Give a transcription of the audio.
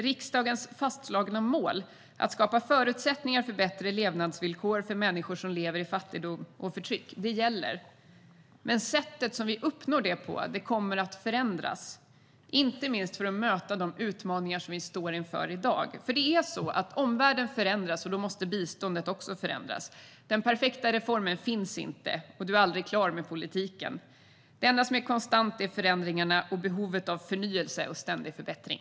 Riksdagens fastslagna mål att skapa förutsättningar för bättre levnadsvillkor för människor som lever i fattigdom och förtryck gäller. Men sättet som vi uppnår det på kommer att förändras inte minst för att möta de utmaningar vi står inför i dag. Omvärlden förändras, och då måste biståndet också förändras. Den perfekta reformen finns inte. Du är aldrig klar med politiken. Det enda som är konstant är förändringarna och behovet av förnyelse och ständig förbättring.